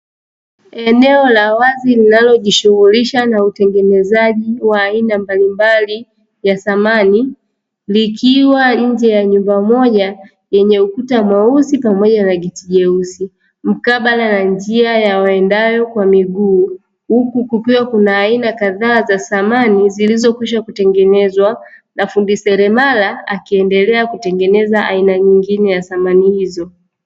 Eneo la wazi linalojishughulisha na utengenezaji wa aina mbalimbali ya samani, likiwa nje ya nyumba moja yenye ukuta mweusi pamoja na geti jeusi, mkabala na njia ya waendayo kwa miguu. Huku kukiwa kuna aina kadhaa za samani zilizokwisha kutengenezwa, na fundi seremala akiendelea kutengeneza aina nyingine ya samani hizo.